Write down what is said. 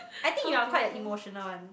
I think you're quite an emotional one